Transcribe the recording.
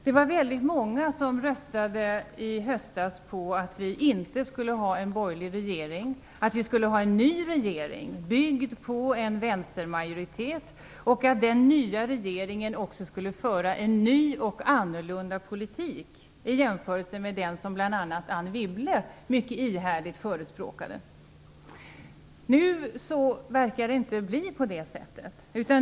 Det var väldigt många som i höstas röstade för att vi inte skulle ha en borgerlig regering och för en ny regering byggd på en vänstermajoritet. Den nya regeringen skulle föra en ny och annorlunda politik i jämförelse med den som bl.a. Anne Wibble mycket ihärdigt förespråkade. Nu verkar det inte bli på det sättet.